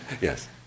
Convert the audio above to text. Yes